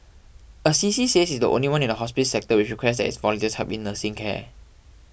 Assisi says it is the only one in the hospice sector which requests its volunteers help in nursing care